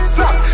Snap